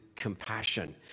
compassion